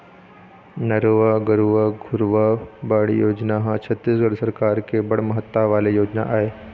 नरूवा, गरूवा, घुरूवा, बाड़ी योजना ह छत्तीसगढ़ सरकार के बड़ महत्ता वाले योजना ऐ